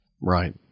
right